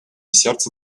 сердце